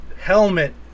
helmet